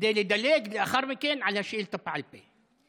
כדי לדלג לאחר מכן לשאילתה בעל פה.